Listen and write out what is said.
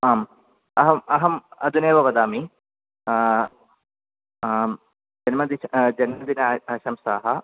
आम् अहम् अहम् अधुनैव वदामि आम् जन्मदिन आशंसाः